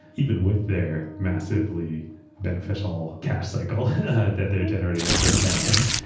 even with their massively beneficial cash cycle that they're generating operating cash from.